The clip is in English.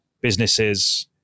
businesses